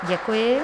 Děkuji.